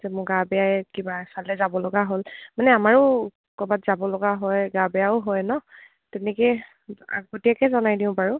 যে মোৰ গা বেয়াই কিবা এফালে যাব লগা হ'ল মানে আমাৰো ক'ৰবাত যাব লগা হয় গা বেয়াও হয় ন তেনেকৈয়ে আগতীয়াকৈ জনাই দিওঁ বাৰু